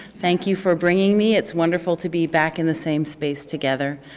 thank you for bringing me. it's wonderful to be back in the same space together.